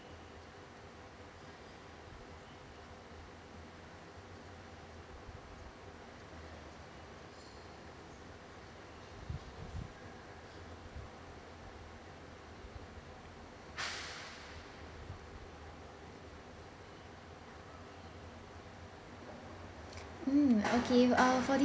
um okay err so for this